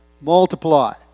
Multiply